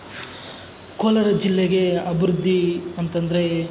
ಕೋಲಾರ ಜಿಲ್ಲೆಗೆ ಅಭಿವೃದ್ಧಿ ಅಂತಂದರೆ